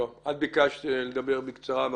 ביקשת לדבר בקצרה.